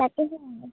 তাকে